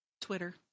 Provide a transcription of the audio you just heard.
twitter